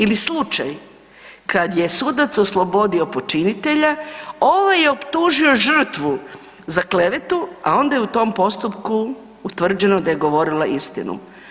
Ili slučaj kad je sudac oslobodio počinitelja, ovaj je optužio žrtvu za klevetu a onda je u tom postupku utvrđeno da je govorila istinu.